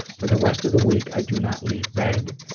for the rest of the week, i do not leave bed,